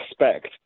respect